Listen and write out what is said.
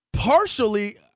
Partially